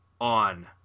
on